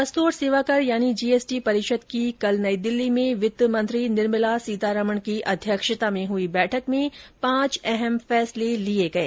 वस्तु और सेवाकर यानी जीएसटी परिषद् की कल नई दिल्ली में वित्त मंत्री निर्मला सीतारमण की अध्यक्षता में हुई बैठक में पांच अहम फैसले लिये गये